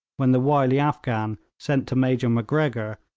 when the wily afghan sent to major macgregor,